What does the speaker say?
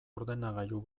ordenagailu